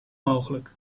mogelijk